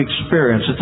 experience